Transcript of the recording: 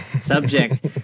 subject